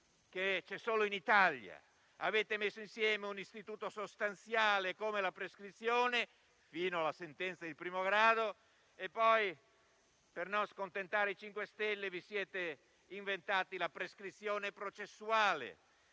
che c'è solo in Italia: avete messo insieme un istituto sostanziale come la prescrizione, fino alla sentenza di primo grado, e poi, per non scontentare i 5 Stelle, vi siete inventati la prescrizione processuale.